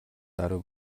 даруй